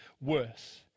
worse